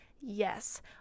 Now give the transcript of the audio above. Yes